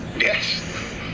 Yes